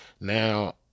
Now